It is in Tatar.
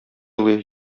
елый